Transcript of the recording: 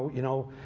you know,